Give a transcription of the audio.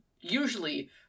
usually